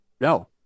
No